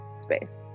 space